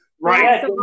Right